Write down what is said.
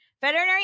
Veterinary